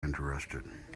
interested